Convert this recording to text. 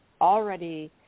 already